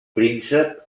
príncep